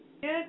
Good